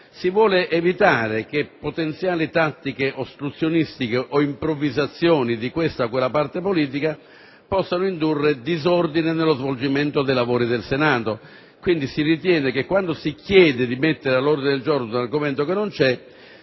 si vuole evitare che potenziali tattiche ostruzionistiche o improvvisazioni di questa o quella parte politica possano indurre disordini nello svolgimento di tali lavori. Quindi, quando si chiede di inserire all'ordine del giorno un nuovo argomento si ritiene